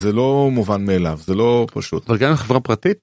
זה לא מובן מאליו, זה לא פשוט. אבל גם לחברה פרטית..